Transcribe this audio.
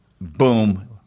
boom